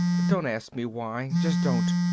don't ask me why, just don't.